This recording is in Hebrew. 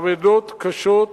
אבדות קשות,